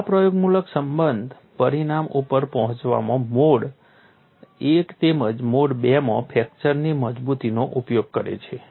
આ પ્રયોગમૂલક સંબંધ પરિણામ ઉપર પહોંચવામાં મોડ I તેમજ મોડ II માં ફ્રેક્ચરની મજબૂતીનો ઉપયોગ કરે છે